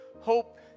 Hope